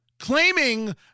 claiming